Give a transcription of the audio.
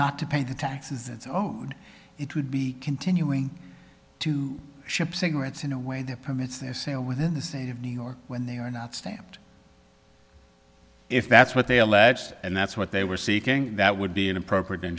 not to pay the taxes it's own it would be continuing to ship cigarettes in a way that permits a sale within the state of new york when they are not stamped if that's what they alleged and that's what they were seeking that would be an appropriate